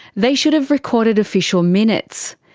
they should have recorded official minutes.